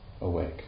awake